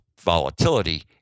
volatility